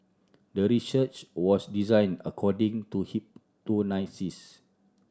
the research was designed according to hip to